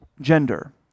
gender